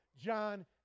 John